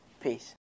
Peace